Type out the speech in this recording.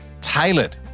tailored